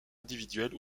individuelles